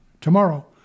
tomorrow